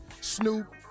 Snoop